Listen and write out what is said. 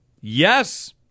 Yes